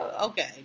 okay